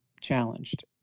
challenged